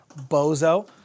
bozo